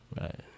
Right